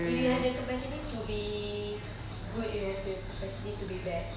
if you have the capacity to be good you have the capacity to be bad